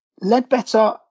Ledbetter